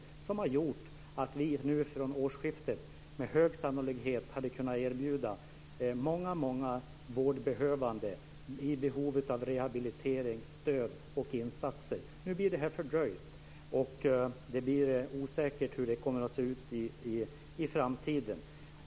Då hade vi med stor sannolikhet från årsskiftet kunnat erbjuda många vårdbehövande rehabilitering, stöd och insatser. Nu blir det här fördröjt, och det är osäkert hur det kommer att se ut i framtiden.